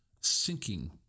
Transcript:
sinking